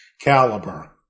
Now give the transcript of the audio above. caliber